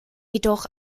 jedoch